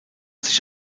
sich